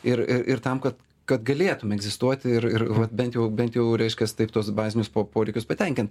ir ir ir tam kad kad galėtum egzistuoti ir ir va bent jau bent jau reiškias taip tuos bazinius po poreikius patenkint